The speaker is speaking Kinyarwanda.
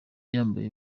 yambaye